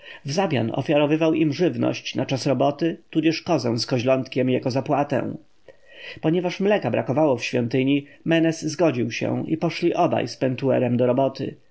wzamian ofiarowywał im żywność na czas roboty tudzież kozę z koźlątkiem jako zapłatę ponieważ mleka brakowało w świątyni menes zgodził się i poszli obaj z pentuerem do roboty